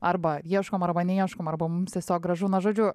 arba ieškom arba neieškom arba mums tiesiog gražu na žodžiu